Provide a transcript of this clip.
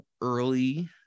early